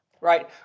right